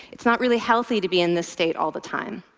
it's not really healthy to be in this state all the time.